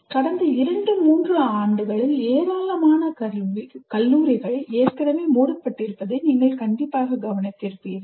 கடந்த 2 3 ஆண்டுகளில் ஏராளமான கல்லூரிகள் ஏற்கனவே மூடப்பட்டிருப்பதை நீங்கள் கவனித்திருப்பீர்கள்